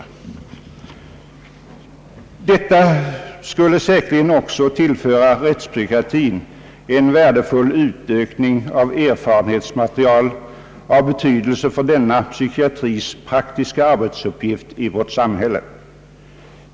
Säkerligen skulle detta också tillföra rättspsykiatrin en värdefull utökning av erfarenhetsmaterial av betydelse för denna psykiatris praktiska arbetsuppgift i vårt samhälle.